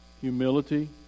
humility